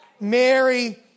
Mary